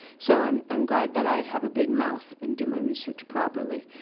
so i'm i'm glad that i have a big mouth and do my research properly